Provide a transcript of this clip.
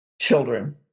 children